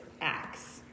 acts